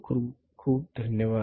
खूप खूप धन्यवाद